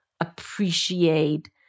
appreciate